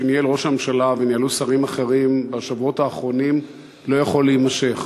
שניהל ראש הממשלה וניהלו שרים אחרים בשבועות האחרונים לא יכול להימשך.